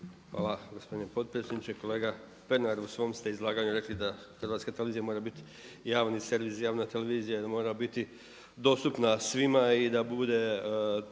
Hvala gospodine potpredsjedniče. Kolega Pernar u svom ste izlaganju rekli da HRT mora biti javni servis, javna televizija i da mora biti dostupna svima i da bude